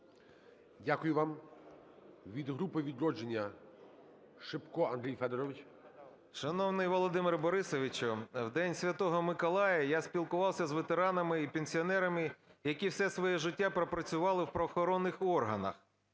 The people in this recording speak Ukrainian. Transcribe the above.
Дякую вам. Від групи "Відродження" Шипко Андрій Федорович. 10:33:39 ШИПКО А.Ф. Шановний Володимире Борисовичу, в день Святого Миколая я спілкувався з ветеранами і пенсіонерами, які все своє життя пропрацювали в правоохоронних органах.